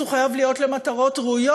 הוא חייב להיות למטרות ראויות,